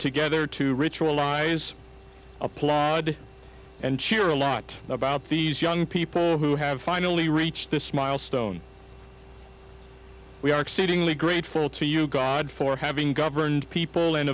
together to ritualize applaud and cheer a lot about these young people who have finally reached this milestone we are exceedingly grateful to you god for having governed people and